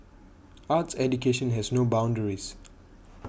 arts education has no boundaries